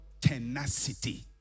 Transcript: tenacity